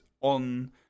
on